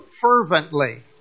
fervently